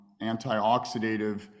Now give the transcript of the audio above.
anti-oxidative